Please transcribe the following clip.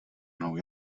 mnou